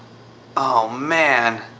oh man,